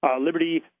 Liberty